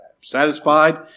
Satisfied